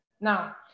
now